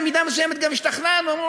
במידה מסוימת גם השתכנענו,